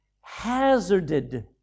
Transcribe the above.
hazarded